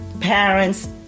parents